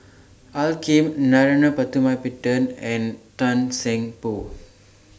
Al Lim Narana Putumaippittan and Tan Seng Poh